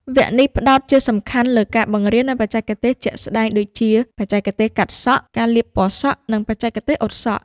វគ្គនេះផ្តោតជាសំខាន់លើការបង្រៀននូវបច្ចេកទេសជាក់ស្តែងដូចជា បច្ចេកទេសកាត់សក់ ការលាបពណ៌សក់ និងបច្ចេកទេសអ៊ុតសក់។